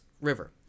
river